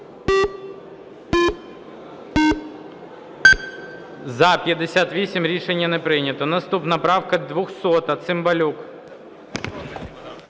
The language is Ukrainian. За-58 Рішення не прийнято. Наступна правка 200. Цимбалюк.